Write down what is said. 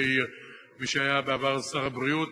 על-ידי מי שהיה בעבר שר הבריאות,